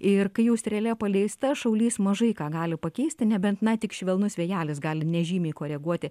ir kai jau strėlė paleista šaulys mažai ką gali pakeisti nebent na tik švelnus vėjelis gali nežymiai koreguoti